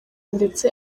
ndetse